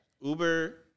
Uber